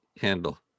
handle